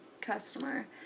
customer